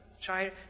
Try